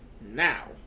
Now